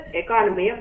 economy